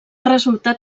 resultat